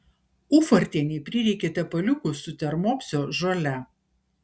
ufartienei prireikė tepaliukų su termopsio žole